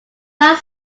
not